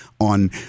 on